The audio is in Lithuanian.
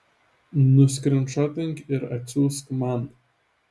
nuskrynšotink ir atsiųsk man